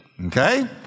Okay